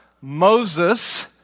Moses